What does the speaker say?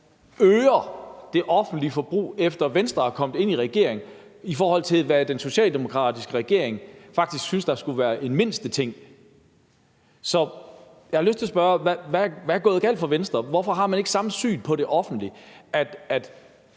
øger det offentlige forbrug, efter at Venstre er kommet ind i regeringen, i forhold til hvad den socialdemokratiske regering faktisk syntes skulle være en mindsteting. Så jeg har lyst til at spørge, hvad der er gået galt for Venstre. Hvorfor har man ikke samme syn på det offentlige,